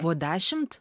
buvo dešimt